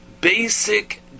basic